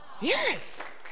Yes